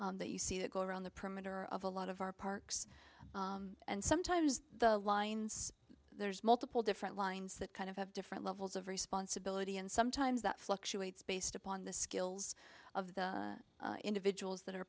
rail that you see that go around the perimeter of a lot of our parks and sometimes there's multiple different lines that kind of have different levels of responsibility and sometimes that fluctuates based upon the skills of the individuals that are